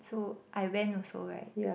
so I went also right